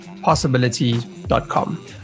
possibility.com